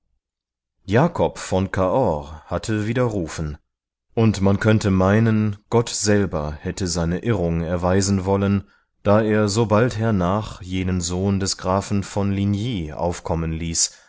jakob von cahors hatte widerrufen und man könnte meinen gott selber hätte seine irrung erweisen wollen da er so bald hernach jenen sohn des grafen von ligny aufkommen ließ